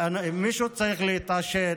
מישהו צריך להתעשת.